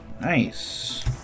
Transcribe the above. Nice